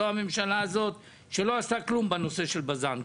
לא הממשלה הזאת שלא עשתה כלום בנושא של בז"ן.